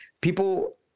people